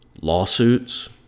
Lawsuits